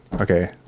okay